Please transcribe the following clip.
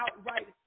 outright